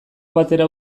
batera